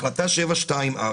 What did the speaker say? החלטה 724,